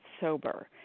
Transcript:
sober